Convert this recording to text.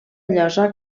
llosa